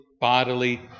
bodily